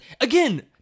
Again